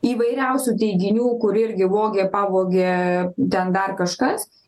įvairiausių teiginių kur irgi vogė pavogė ten dar kažkas